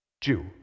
Jew